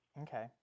Okay